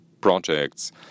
projects